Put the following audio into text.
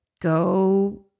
go